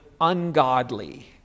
ungodly